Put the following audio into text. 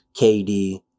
KD